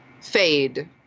Fade